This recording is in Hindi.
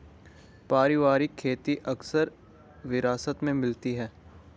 पारिवारिक खेती अक्सर विरासत में मिलती है